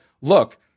look